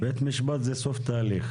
ברור, בית משפט זה סוף התהליך.